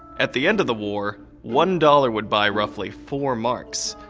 at the end of the war, one dollar would buy roughly four marks.